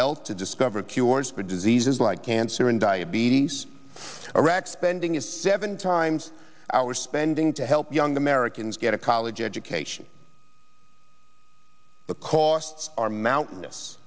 health to discover cures for diseases like cancer and diabetes arac spending is seven times our spending to help young americans get a college education the costs are mountainous